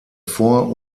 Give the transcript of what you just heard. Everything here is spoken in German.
vor